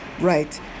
right